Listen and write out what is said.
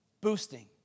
Boosting